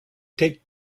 take